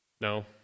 No